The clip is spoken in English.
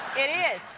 it is.